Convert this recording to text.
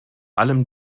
allem